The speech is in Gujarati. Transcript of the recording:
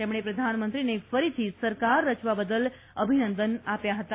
તેમણે પ્રધાનમંત્રીને ફરીથી સરકાર રચવા બદલ અભિનંદન આપ્યા હતા